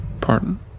Pardon